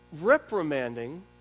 reprimanding